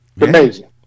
Amazing